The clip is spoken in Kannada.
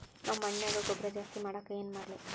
ನಮ್ಮ ಮಣ್ಣಿನ್ಯಾಗ ಗೊಬ್ರಾ ಜಾಸ್ತಿ ಮಾಡಾಕ ಏನ್ ಮಾಡ್ಲಿ?